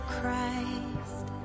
Christ